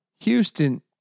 Houston